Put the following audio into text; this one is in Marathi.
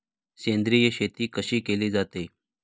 सेंद्रिय शेती कशी केली जाते?